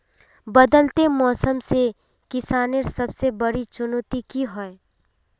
बदलते मौसम से किसानेर सबसे बड़ी चुनौती की होय?